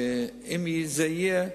שאם זה יהיה,